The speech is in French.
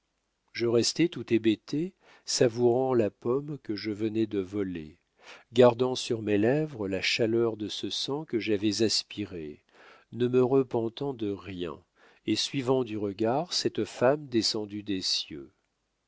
je restai tout hébété savourant la pomme que je venais de voler gardant sur mes lèvres la chaleur de ce sang que j'avais aspiré ne me repentant de rien et suivant du regard cette femme descendue des cieux